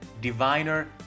diviner